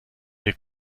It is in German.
wir